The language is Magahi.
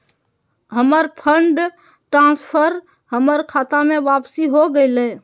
हमर फंड ट्रांसफर हमर खता में वापसी हो गेलय